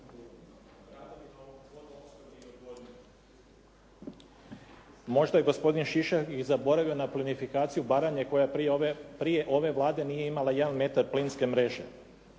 Možda je gospodin Šišljagić zaboravio na plinifikaciju Baranje koja prije ove Vlade nije imala jedan metar plinske mreže.